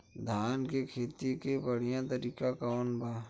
धान के खेती के बढ़ियां तरीका कवन बा?